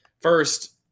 First